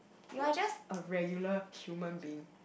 you are just a regular human being